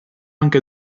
anche